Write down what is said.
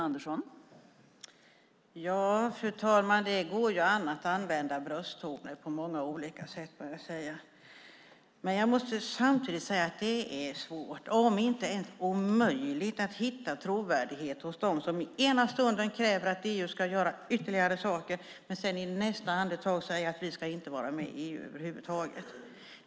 Fru talman! Det går ju an att använda brösttoner på många olika sätt må jag säga. Men jag måste samtidigt säga att det är svårt om ens möjligt att hitta trovärdighet hos dem som ena stunden kräver att EU ska göra ytterligare saker och i nästa andetag säger att vi inte ska vara med i EU över huvud taget.